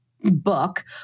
book